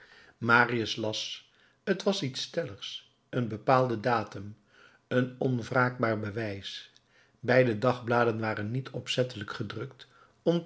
marius las t was iets stelligs een bepaalde datum een onwraakbaar bewijs beide dagbladen waren niet opzettelijk gedrukt